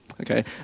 okay